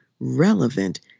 Relevant